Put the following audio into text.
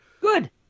Good